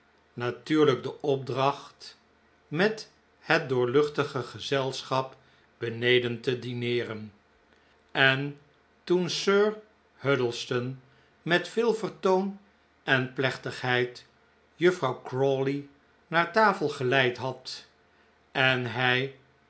natuurlijk de opdracht met het doorluchtige gezelschap beneden te dineeren en toen sir huddleston met veel vertoon en plechtigheid juffrouw crawley naar tafel geleid had en hij